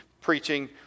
preaching